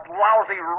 lousy